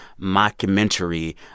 mockumentary